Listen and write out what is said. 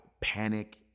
panic